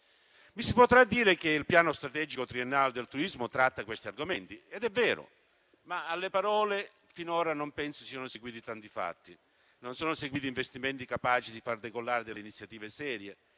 Mi si potrà dire che il piano strategico triennale del turismo tratta questi argomenti ed è vero, ma alle parole finora non penso siano seguiti tanti fatti: non sono seguiti investimenti capaci di far decollare delle iniziative serie;